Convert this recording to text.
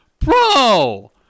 bro